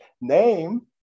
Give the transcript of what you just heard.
name